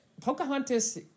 Pocahontas